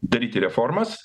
daryti reformas